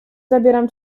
zabieram